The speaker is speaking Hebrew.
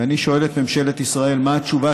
ואני שואל את ממשלת ישראל: מה התשובה